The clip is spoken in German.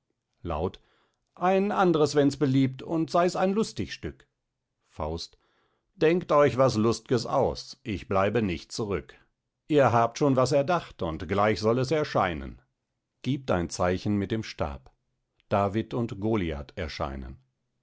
laut ein andres wenns beliebt und seis ein lustig stück faust denkt euch was lustges aus ich bleibe nicht zurück ihr habt schon was erdacht und gleich soll es erscheinen giebt ein zeichen mit dem stab david und goliath erscheinen